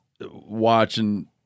watching